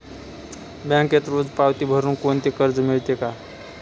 बँकेत रोज पावती भरुन कोणते कर्ज मिळते का?